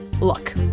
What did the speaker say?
Look